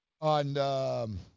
on